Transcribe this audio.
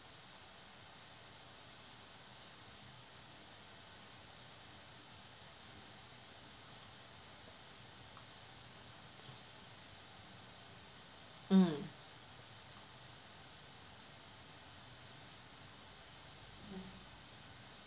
mm